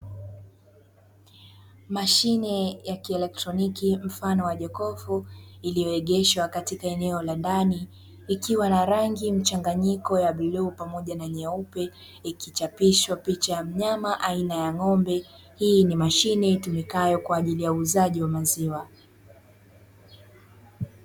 Mashine ya kielektroniki mfano wa jokofu, iliyoegeshwa katika eneo la ndani ikiwa na rangi mchanganyiko ya buluu pamoja na nyeupe, ikichapishwa picha ya mnyama aina ya ng'ombe. Hii ni mashine itumikayo kwa ajili ya uuzaji wa maziwa.